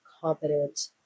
competent